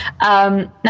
Now